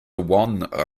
one